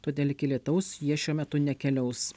todėl iki alytaus jie šiuo metu nekeliaus